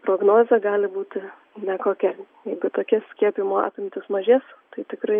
prognozė gali būti nekokia jeigu tokie skiepijimo apimtys mažės tai tikrai